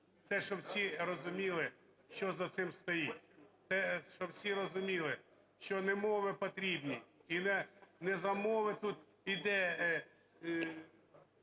щоб всі розуміли, що за цим стоїть. Щоб всі розуміли, що не мови потрібні і не за мови тут іде